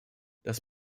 das